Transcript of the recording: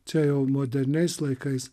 čia jau moderniais laikais